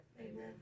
Amen